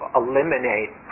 eliminate